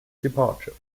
departure